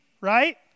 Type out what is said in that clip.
right